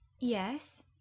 Yes